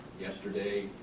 yesterday